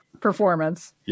performance